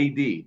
AD